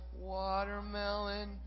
Watermelon